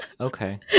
okay